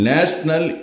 National